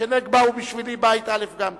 כשנגבה בשבילי בית א' גם כן.